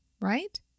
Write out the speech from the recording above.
right